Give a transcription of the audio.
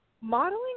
modeling